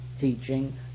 teaching